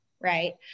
right